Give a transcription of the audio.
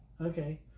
Okay